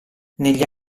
negli